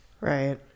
Right